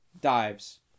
dives